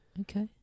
Okay